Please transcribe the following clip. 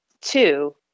two